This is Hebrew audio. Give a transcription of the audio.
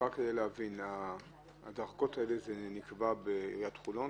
האם הדרגות האלו נקבעו רק לעיריית חולון,